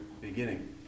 beginning